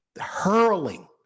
hurling